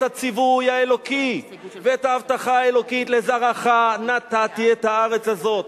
הציווי האלוקי ואת ההבטחה האלוקית "לזרעך נתתי את הארץ הזאת",